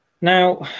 Now